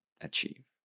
achieve